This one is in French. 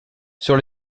sur